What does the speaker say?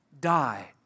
die